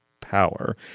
power